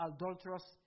adulterous